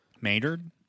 Maynard